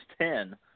ten